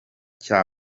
cya